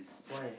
why